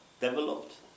developed